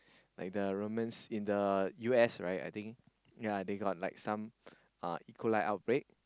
like the Romans in the U_S right I think yea they got like some uh E-coli outbreak